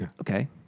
okay